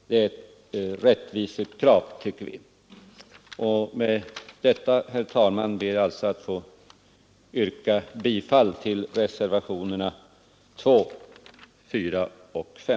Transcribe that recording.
Det är ett rättvisekrav, menar vi. Med dessa ord, herr talman, ber jag att få yrka bifall till reservationerna 2, 4 och 5.